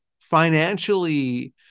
financially